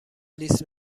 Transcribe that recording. لیس